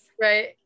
right